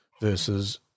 versus